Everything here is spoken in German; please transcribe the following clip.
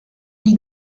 die